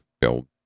build